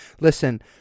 Listen